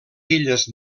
illes